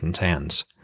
hands